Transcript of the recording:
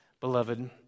beloved